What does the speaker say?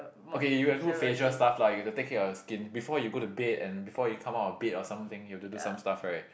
okay you have put facial stuff lah you gotta take care of your skin before you go to bed and before you come out of bed or something you have to do some stuff right